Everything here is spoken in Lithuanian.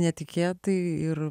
netikėtai ir